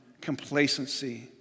complacency